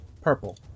Purple